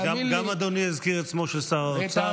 גם אדוני הזכיר את שמו של שר האוצר,